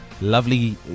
lovely